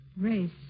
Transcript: Race